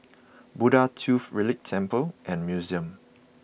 Buddha Tooth Relic Temple and Museum